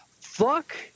Fuck